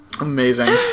Amazing